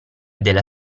della